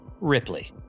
Ripley